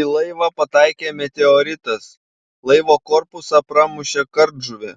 į laivą pataikė meteoritas laivo korpusą pramušė kardžuvė